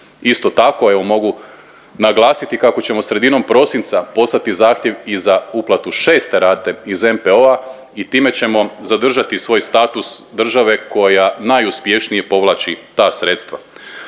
Isto tako, evo mogu naglasiti kako ćemo sredinom prosinca poslati zahtjev i za uplatu 6 rate iz NPOO-a i time ćemo zadržati svoj status države koja najuspješnije povlači ta sredstva.